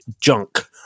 junk